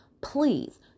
Please